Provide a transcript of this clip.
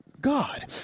god